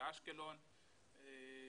באשקלון,